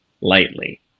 lightly